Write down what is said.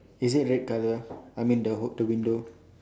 is it red colour I mean the ho~ the window